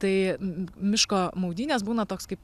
tai miško maudynės būna toks kaip